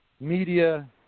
media